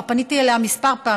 וכבר פניתי אליה כמה פעמים.